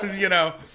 you know?